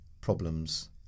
problems